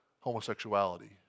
homosexuality